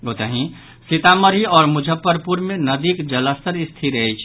ओतहि सीतामढ़ी आओर मुजफ्फरपुर मे नदीक जलस्तर स्थिर अछि